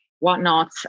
Whatnot